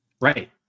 right